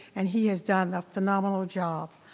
and he has done a phenomenal job.